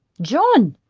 john,